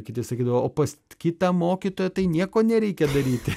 kiti sakydavo o pas kitą mokytoją tai nieko nereikia daryti